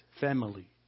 family